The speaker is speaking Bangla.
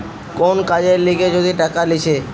কোন কাজের লিগে যদি টাকা লিছে